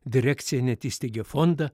direkcija net įsteigė fondą